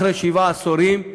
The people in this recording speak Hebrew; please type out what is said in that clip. אחרי שבעה עשורים,